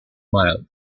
mild